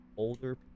older